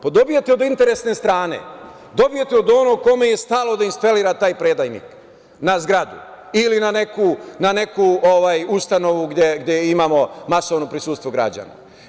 Pa dobijete od interesne strane, dobijete od onoga kome je stalo da instalira taj predajnik na zgradi ili na neku ustanovu gde imamo masovno prisustvo građana.